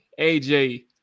AJ